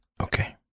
Okay